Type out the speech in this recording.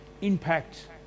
impact